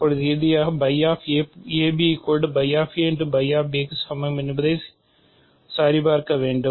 இப்போது இறுதியாக க்கு சமம் என்பதை சரிபார்க்க வேண்டும்